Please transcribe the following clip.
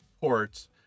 ports